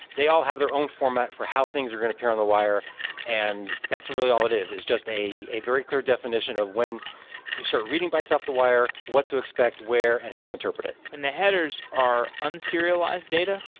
they all have their own format for how things are going to appear on the wire and that's really all it is. it's just a a very clear definition of when you start reading by itself the wire, what to expect, where and how to interpret it and the headers are unserialized data?